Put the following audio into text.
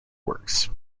works